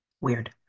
weird